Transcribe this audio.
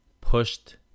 pushed